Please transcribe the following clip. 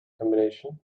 combination